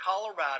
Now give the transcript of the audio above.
Colorado